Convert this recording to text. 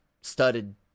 studded